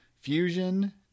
Fusion